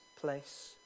place